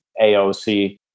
AOC